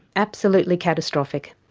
absolutely catastrophic.